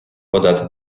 подати